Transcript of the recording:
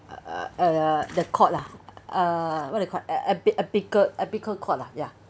uh the caught lah uh what you call err epi~ epical epical cord ah ya